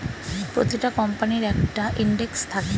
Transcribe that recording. প্রতিটা কোম্পানির একটা ইন্ডেক্স থাকে